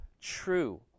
true